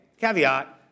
caveat